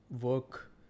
work